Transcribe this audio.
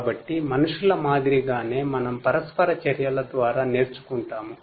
కాబట్టి మనుషుల మాదిరిగానే మనం పరస్పర చర్యల ద్వారా నేర్చుకుంటాము